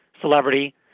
celebrity